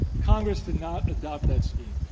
congress did not adopt that scheme.